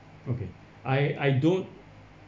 okay I I don't